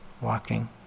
walking